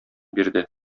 бирде